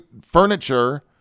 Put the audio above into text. furniture